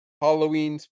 Halloween